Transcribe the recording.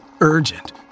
urgent